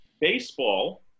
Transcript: baseball